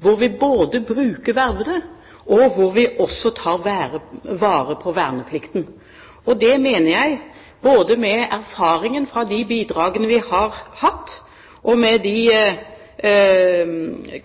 hvor vi både bruker vervede og også tar vare på verneplikten. Det mener jeg vi både med erfaringen fra de bidragene vi har hatt, og de